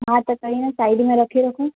हा त सही में साइड में रखी रखूं